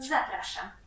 Zapraszam